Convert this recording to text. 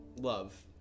Love